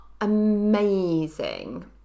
amazing